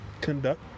conduct